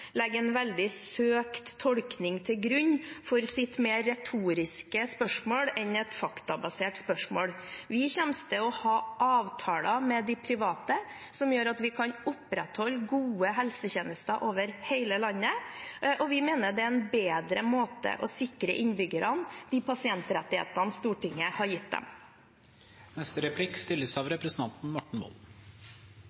en veldig søkt tolkning til grunn for sitt mer retoriske enn faktabaserte spørsmål. Vi kommer til å ha avtaler med de private som gjør at vi kan opprettholde gode helsetjenester over hele landet, og vi mener at det er en bedre måte å sikre innbyggerne de pasientrettighetene Stortinget har gitt